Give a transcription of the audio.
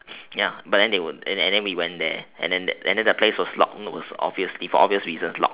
ya but then they were and then we went there and then the place was locked no was obviously it was for obvious reasons locked